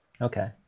okay